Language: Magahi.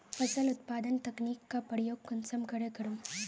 फसल उत्पादन तकनीक का प्रयोग कुंसम करे करूम?